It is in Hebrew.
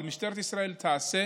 אבל משטרת ישראל תעשה,